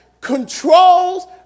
controls